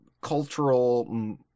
cultural